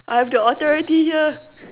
I have the authority here